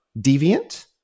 deviant